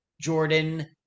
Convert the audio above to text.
Jordan